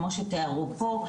כמו שתיארו פה,